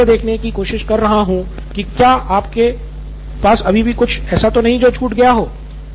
मैं सिर्फ यह देखने की कोशिश कर रहा हूं कि क्या आपसे अभी भी कुछ छूट तो नहीं गया है